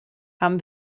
haben